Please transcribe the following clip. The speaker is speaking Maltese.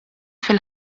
fil